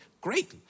great